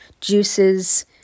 juices